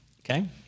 Okay